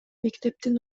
мектептин